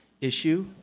issue